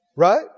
Right